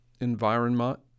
environment